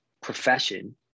profession